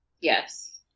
Yes